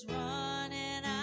running